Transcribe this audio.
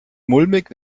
mulmig